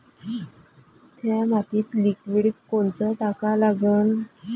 थ्या मातीत लिक्विड कोनचं टाका लागन?